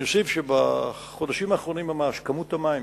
אני אוסיף שבחודשים האחרונים ממש, כמות המים